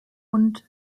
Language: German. und